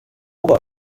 ober